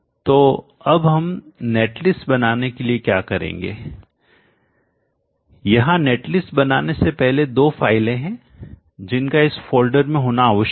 तो अब हम netlist बनाने के लिए क्या करेंगे यहां netlist बनाने से पहले दो फाइलें हैं जिनका इस फ़ोल्डर में होना आवश्यक हैं